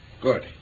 Good